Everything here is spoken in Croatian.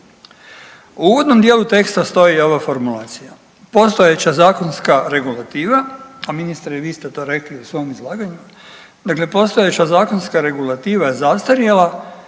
U uvodnom teksta stoji i ova formulacija: „Postojeća zakonska regulativa“ a ministre vi ste to rekli u svom izlaganju, dakle postojeća zakonska regulativa je zastarjela